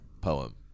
Poem